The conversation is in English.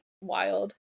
wild